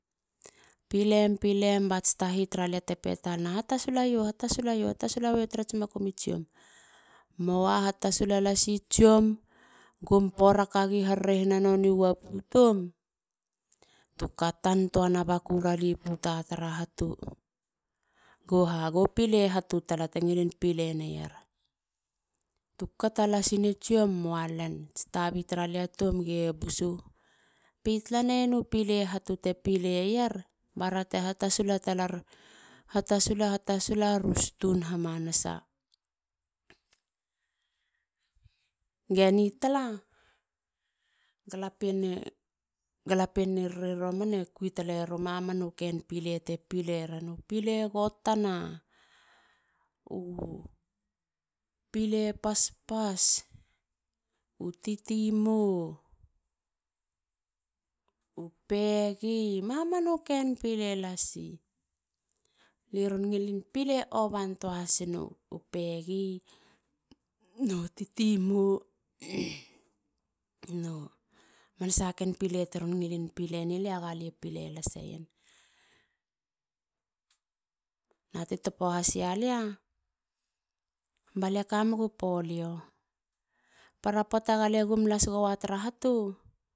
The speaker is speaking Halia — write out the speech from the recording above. Pilem. pilem. bats tai tara lia te pena. hatasulaio. hatasulaio tarats makum i tsiom. mua hatasula lasi tsiom. gum porakagi haarerehina nona wapu tom. tu katan tuana bakura li puta tara hatu. Boba. go pile hatu tala te ngilin pile neier. tukata lasin tsiom mualen. ats tabi taralia tom ge bus. Pi talanaienu pile hatu te pileier bara te hatasula talar,. hatasula. hatasula. rus tun hamanasa. Ge ni tala. galapieniri romane kui taleiera mamanu ken pile te pileren. U pile gotana. u pile paspas. u titi mou. u pegi. mamanu ken pile lasi. Liron ngilin pile ovantoa hasinu pegi no u titi mou. no man sahaken pile teron ngilin pileni lia. gali pile laseien. Na ti topo has ia lia. ba lie kamegu polio. para poata gale gum las gowa tara hatu